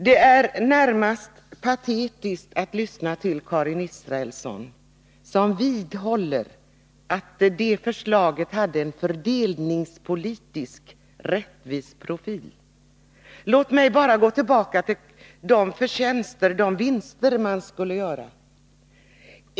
Det ger ett närmast patetiskt intryck när man lyssnar till Karin Israelsson, som vidhåller att det förslaget hade en fördelningspolitiskt rättvis profil. Låt mig bara gå tillbaka till de vinster man skulle göra.